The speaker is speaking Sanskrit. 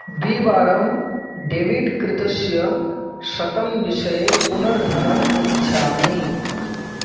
द्विवारं डेबिट् कृतस्य शतं विषये पुनर्धनम् इच्छामि